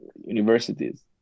universities